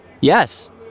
Yes